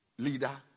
leader